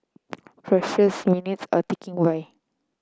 precious minutes are ticking by